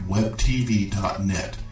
WebTV.net